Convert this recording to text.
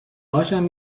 هاشم